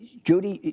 judy,